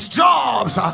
jobs